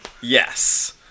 Yes